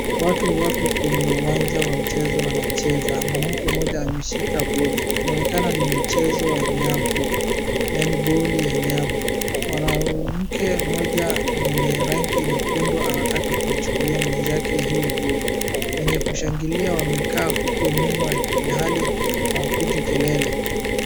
Watu wako kwenye uwanja wa mchezo wanacheja, mwanamke mmoja ameshika boli. Inaonekana ni mchezo wa nyavu yaani boli ya nyavu. Mwanamke mmoja mwenye rangi nyekundu anataka kumchukulia mwenzake hiyo boli wenye kushangilia wamekaa